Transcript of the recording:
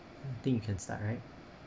I think you can start right